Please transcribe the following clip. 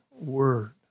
word